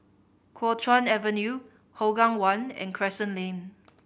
Kuo Chuan Avenue Hougang One and Crescent Lane